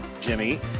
Jimmy